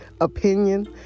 opinion